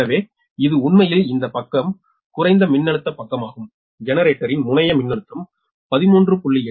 எனவே இது உண்மையில் இந்த பக்க குறைந்த மின்னழுத்த பக்கமாகும் ஜெனரேட்டரின் முனைய மின்னழுத்தம் 13